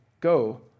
go